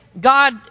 God